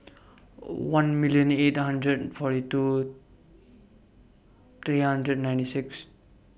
one million eight hundred and forty two three hundred ninety six